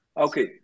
Okay